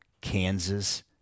Kansas